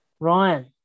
Ryan